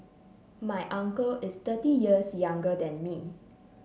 my uncle is thirty years younger than me